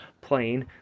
playing